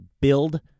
build